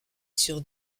sur